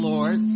Lord